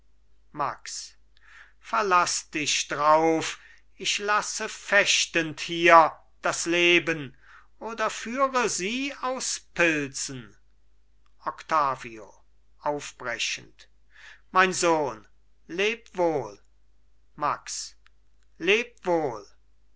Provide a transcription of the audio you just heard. max verlaß dich drauf ich lasse fechtend hier das leben oder führe sie aus pilsen octavio aufbrechend mein sohn leb wohl max leb wohl